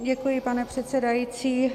Děkuji, pane předsedající.